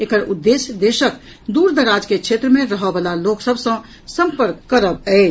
एकर उद्देश्य देशक दूर दराज के क्षेत्र मे रहऽ वला लोक सभ सँ सम्पर्क करब अछि